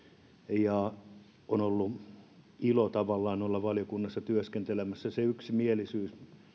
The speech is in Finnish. ja on ollut tavallaan ilo olla valiokunnassa työskentelemässä se yksimielisyys